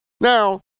now